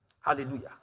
Hallelujah